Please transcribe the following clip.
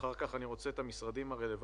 ואחר כך אני רוצה לשמוע את המשרדים הרלוונטיים.